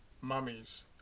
mummies